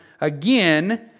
again